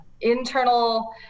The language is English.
internal